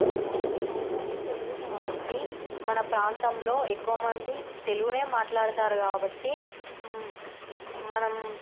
మన ప్రాంతీయ భాష తెలుగు కాబట్టి మన ప్రాంతంలో ఎక్కువమంది తెలుగునే మాట్లాడుతారు కాబట్టి మనం